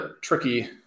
tricky